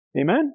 Amen